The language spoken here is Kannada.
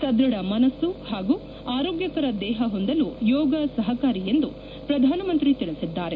ಸದೃಢ ಮನಸ್ಸು ಪಾಗೂ ಆರೋಗ್ಯಕರ ದೇಪ ಹೊಂದಲು ಯೋಗ ಸಹಕಾರಿ ಎಂದು ಪ್ರಧಾನಮಂತ್ರಿ ತಿಳಿಸಿದ್ದಾರೆ